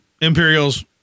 Imperials